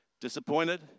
Disappointed